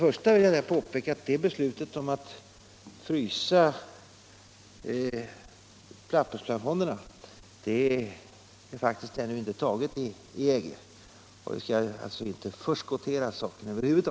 Jag vill påpeka att beslutet om att frysa pappersplafonderna faktiskt ännu inte är fattat inom EG. Vi skall alltså inte föregripa det beslutet.